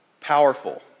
powerful